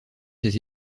ses